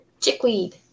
chickweed